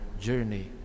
journey